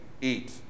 eat